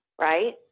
right